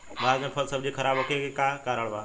भारत में फल सब्जी खराब होखे के का कारण बा?